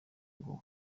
ngo